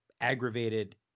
aggravated